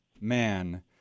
man